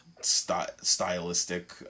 stylistic